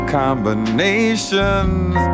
combinations